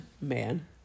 man